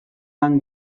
lan